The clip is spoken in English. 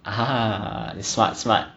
你 smart smart